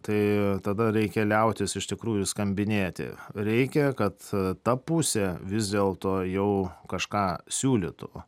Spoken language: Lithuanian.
tai tada reikia liautis iš tikrųjų skambinėti reikia kad ta pusė vis dėlto jau kažką siūlytų